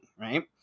right